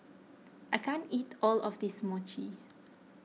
I can't eat all of this Mochi